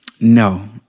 No